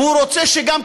והוא רוצה גם,